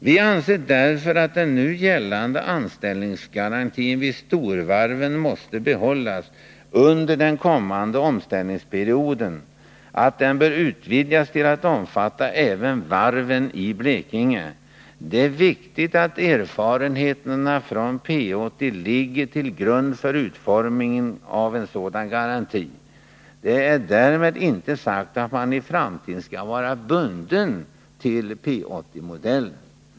Vi anser därför att den nu gällande anställningsgarantin vid storvarven måste bibehållas under den kommande omställningsperioden och att den bör utvidgas till att omfatta även varven i Blekinge. Det är viktigt att erfarenheterna av P 80 ligger till grund för utformningen av en sådan garanti. Det är därmed inte sagt att man i framtiden skall vara bunden till P 80-modellen.